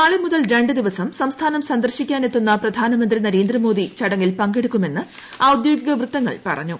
നാളെ മുതൽ രണ്ട് ദിവസം സംസ്ഥാനം സന്ദർശിക്കാനെത്തുന്ന പ്രധാന്മന്ത്രീ നരേന്ദ്രമോദി ചടങ്ങിൽ പങ്കെടുക്കുമെന്ന് ഔദ്യോഗ്ലിക് വൃത്തങ്ങൾ പറഞ്ഞു